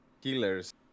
killers